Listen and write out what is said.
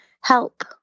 help